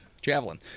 Javelin